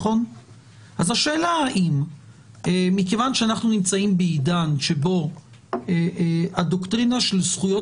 מכיוון שאנחנו נמצאים בעידן בו הדוקטרינה של זכויות